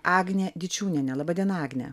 agnė dičiūnienė laba diena agne